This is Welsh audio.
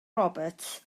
roberts